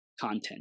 content